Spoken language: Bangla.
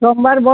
সোমবার ব